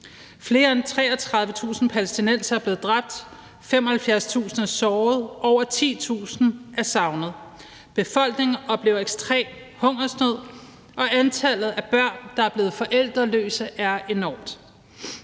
Flere end 33.000 palæstinensere er blevet dræbt, 75.000 er blevet såret, og over 10.000 er savnet. Befolkningen oplever ekstrem hungersnød, og antallet af børn, der er blevet forældreløse, er enormt.